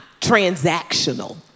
transactional